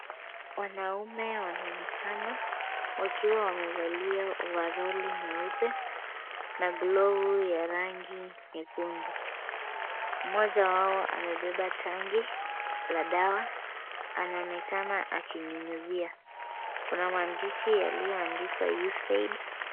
Wanaume wanaonekana wakiwa wamevalia ovaroli nyeupe na glove ya rangi nyekundu. Mmoja wao amebeba tangi la dawa, anaonekana akinyunyuzia. Kuna maandishi yaliyoandikwa USAID.